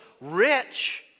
rich